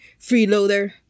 Freeloader